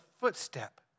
footstep